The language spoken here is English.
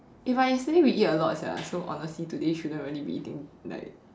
eh but yesterday we eat a lot sia so honestly today shouldn't really be eating like